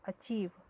achieve